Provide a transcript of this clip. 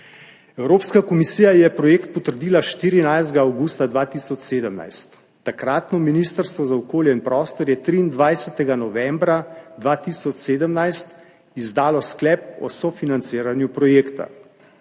Evropska komisija je projekt potrdila 14. avgusta 2017. Takratno ministrstvo za okolje in prostor je 23. novembra 2017 izdalo sklep o sofinanciranju projekta.